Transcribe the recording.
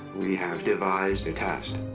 we have devised a test.